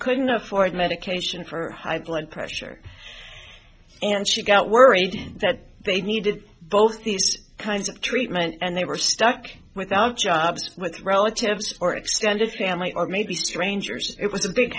couldn't afford medication for high blood pressure and she got worried that they needed both these kinds of treatment and they were stuck without jobs with relatives or extended family or maybe strangers it was a big